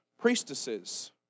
priestesses